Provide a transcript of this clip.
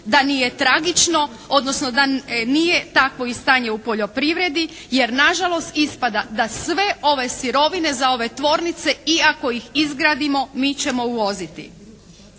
da nije tragično odnosno da nije takvo i stanje u poljoprivredi jer nažalost ispada da sve ove sirovine za ove tvornice i ako ih izgradimo mi ćemo uvoziti.